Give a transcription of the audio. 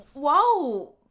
Whoa